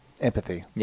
empathy